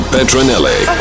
Petronelli